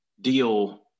deal